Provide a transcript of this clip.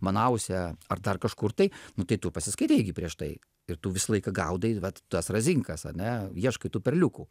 manause ar dar kažkur tai nu tai tu pasiskaitei gi prieš tai ir tu visą laiką gaudai vat tas razinkas ane ieškai tų perliukų